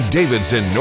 Davidson